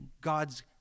God's